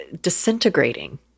disintegrating